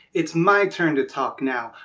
it's my turn to talk now.